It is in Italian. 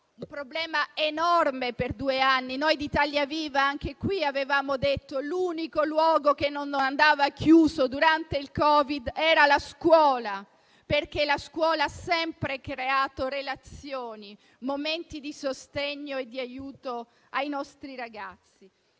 un problema enorme per due anni. Noi di Italia Viva avevamo detto che l'unico luogo che non andava chiuso durante il Covid era la scuola, perché la scuola ha sempre creato relazioni, momenti di sostegno e di aiuto ai nostri ragazzi.